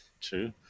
True